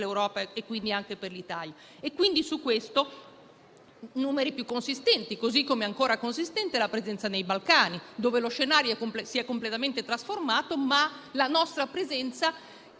dell'Europa e quindi anche per l'Italia. Su questo fronte, quindi, abbiamo numeri più consistenti; così come ancora consistente è la presenza nei Balcani, dove lo scenario si è completamente trasformato, ma la nostra presenza